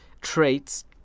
traits